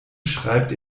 schreibt